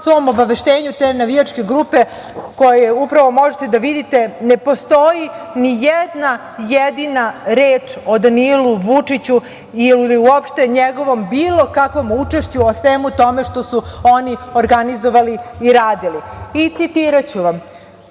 tom svom obaveštenju te navijačke grupe koje upravo možete da vidite ne postoji ni jedna jedina reč o Danilu Vučiću ili uopšte njegovom bilo kakvom učešću u svemu tome što su oni organizovali i radili. I citiraću vam: